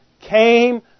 came